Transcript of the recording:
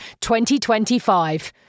2025